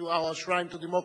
to our shrine to democracy.